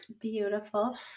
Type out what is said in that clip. Beautiful